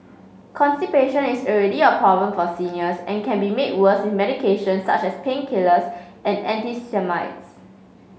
constipation is already a problem for seniors and can be made worse with medications such as painkillers and antihistamines